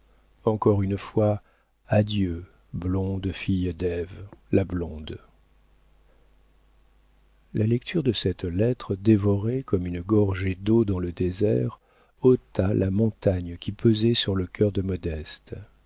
encore une fois adieu blonde fille d'ève la blonde la lecture de cette lettre dévorée comme une gorgée d'eau dans le désert ôta la montagne qui pesait sur le cœur de modeste